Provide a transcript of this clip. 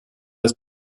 des